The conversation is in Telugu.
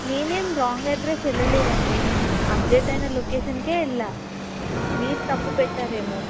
నేను ఏమి రాంగ్ అడ్రస్ వెళ్ళలేదు అండి నేను అప్డేట్ అయిన లొకేషన్కు వెళ్ళాను మీరు తప్పు పెట్టారేమో